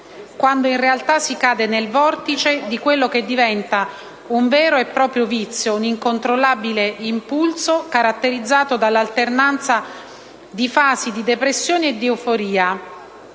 quando in realtà si cade nel vortice di quello che diventa un vero e proprio vizio, un incontrollabile impulso caratterizzato dall'alternanza di fasi di depressione e di euforia.